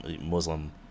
Muslim